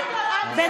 אני מבקש, זהו.